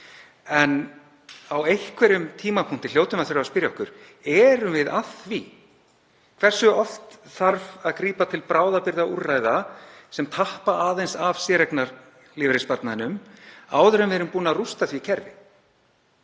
En á einhverjum tímapunkti hljótum við að þurfa að spyrja okkur: Erum við að því? Hversu oft þarf að grípa til bráðabirgðaúrræða sem tappa aðeins af séreignarlífeyrissparnaðinum áður en við erum búin að rústa því kerfi?